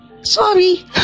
Sorry